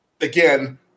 again